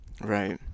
Right